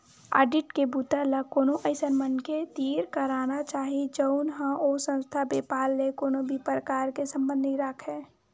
audit के बूता ल कोनो अइसन मनखे तीर कराना चाही जउन ह ओ संस्था, बेपार ले कोनो भी परकार के संबंध नइ राखय